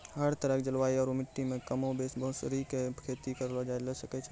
हर तरह के जलवायु आरो मिट्टी मॅ कमोबेश मौसरी के खेती करलो जाय ल सकै छॅ